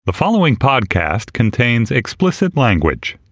the following podcast contains explicit language